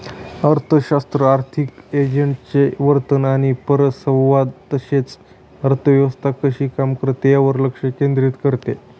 अर्थशास्त्र आर्थिक एजंट्सचे वर्तन आणि परस्परसंवाद तसेच अर्थव्यवस्था कशी काम करते यावर लक्ष केंद्रित करते